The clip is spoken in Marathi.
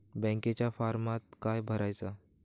बँकेच्या फारमात काय भरायचा?